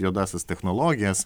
juodąsias technologijas